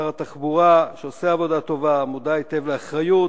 שר התחבורה, שעושה עבודה טובה, מודע היטב לאחריות,